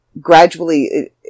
gradually